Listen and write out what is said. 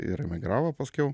ir emigravo paskiau